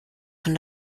von